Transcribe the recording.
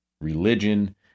religion